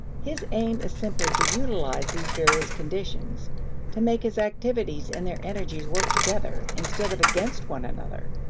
his aim is simply to utilize these various conditions to make his activities and their energies work together, instead of against one another.